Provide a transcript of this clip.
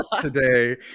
today